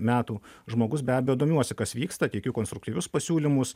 metų žmogus be abejo domiuosi kas vyksta teikiu konstruktyvius pasiūlymus